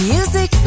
Music